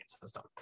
system